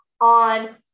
on